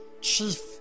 Chief